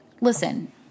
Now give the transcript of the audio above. listen